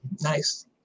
Nice